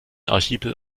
archipel